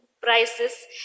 prices